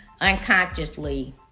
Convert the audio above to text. Unconsciously